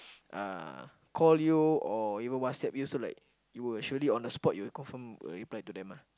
uh call you or even WhatsApp you so like you will surely on the spot you will confirm reply to them ah